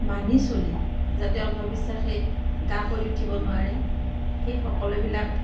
মানি চলি যাতে অন্ধবিশ্বাসে গা কৰি উঠিব নোৱাৰে সেই সকলোবিলাক